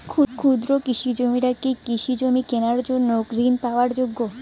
ক্ষুদ্র কৃষকরা কি কৃষিজমি কিনার জন্য ঋণ পাওয়ার যোগ্য?